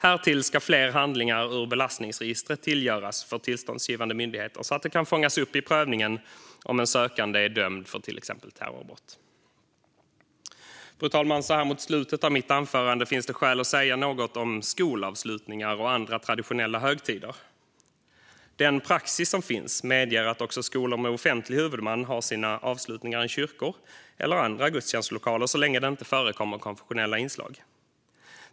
Härtill ska fler handlingar ur belastningsregistret tillgängliggöras för tillståndsgivande myndigheter så att det kan fångas upp vid prövningen om en sökande är dömd för till exempel terrorbrott. Fru talman! Så här mot slutet av mitt anförande finns det skäl att säga någonting om skolavslutningar och andra traditionella högtider. Den praxis som finns medger att också skolor med offentlig huvudman har sina avslutningar i kyrkor eller i andra gudstjänstlokaler så länge det inte förekommer konfessionella inslag.